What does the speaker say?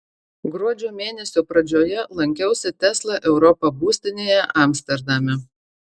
gruodžio mėnesio pradžioje lankiausi tesla europa būstinėje amsterdame